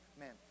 amen